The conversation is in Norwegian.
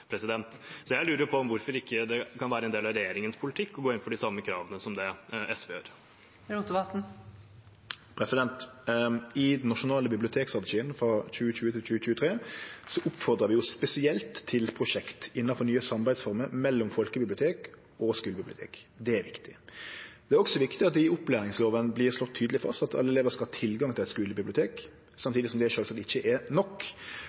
Så jeg lurer på: Hvorfor kan det ikke være en del av regjeringens politikk å gå inn for de samme kravene som SV gjør? I den nasjonale bibliotekstrategien for 2020–2023 oppmoda vi spesielt til prosjekt innanfor nye samarbeidsformer mellom folkebibliotek og skulebibliotek. Det er viktig. Det er også viktig at det i opplæringslova vert slått tydeleg fast at alle elevar skal ha tilgang til eit skulebibliotek, samtidig som det sjølvsagt ikkje er nok.